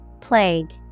Plague